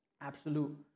absolute